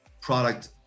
product